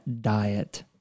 diet